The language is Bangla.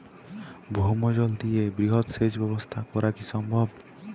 ভৌমজল দিয়ে বৃহৎ সেচ ব্যবস্থা করা কি সম্ভব?